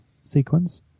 sequence